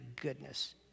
goodness